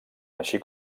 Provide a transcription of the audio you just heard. així